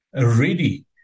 ready